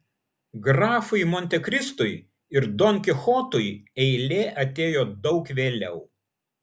grafui montekristui ir don kichotui eilė atėjo daug vėliau